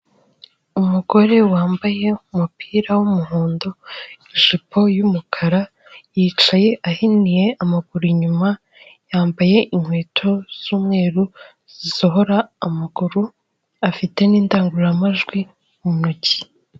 Umugore wambaye umupira w'umuhondo, ijipo y'umukara yicaye ahiniye amaguru inyuma, yambaye inkweto z'umweru zisohora amaguru afite nindangururamajwi mu ntoki.